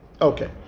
Okay